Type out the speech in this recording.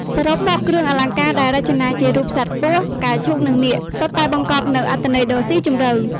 សរុបមក គ្រឿងអលង្ការដែលរចនាជារូបសត្វពស់ ផ្កាឈូក និងនាគ សុទ្ធតែបង្កប់នូវអត្ថន័យដ៏ស៊ីជម្រៅ។